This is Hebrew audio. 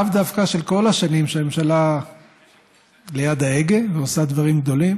לאו דווקא של כל השנים שהממשלה ליד ההגה ועושה דברים גדולים.